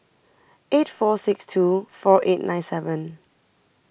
eight four six two four eight nine seven